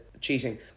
cheating